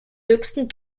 höchsten